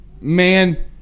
Man